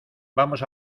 vamos